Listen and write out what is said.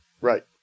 Right